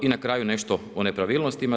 I na kraju nešto o nepravilnostima.